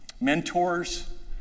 mentors